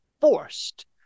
forced